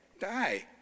Die